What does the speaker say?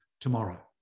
tomorrow